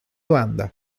banda